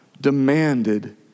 demanded